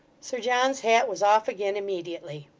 sir john's hat was off again immediately.